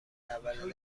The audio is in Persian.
اول